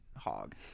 hog